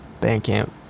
Bandcamp